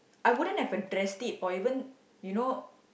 I wouldn't have addressed it or even you know